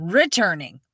returning